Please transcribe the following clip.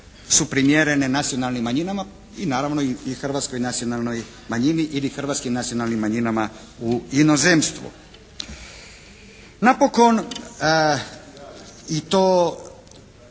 su primjerene nacionalnim manjinama i naravno i hrvatskoj nacionalnoj manjini ili hrvatskim nacionalnim manjinama u inozemstvu. Napokon, i to